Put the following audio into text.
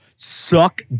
Suck